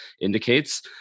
indicates